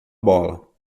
bola